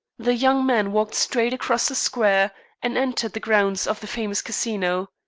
the young man walked straight across the square and entered the grounds of the famous casino.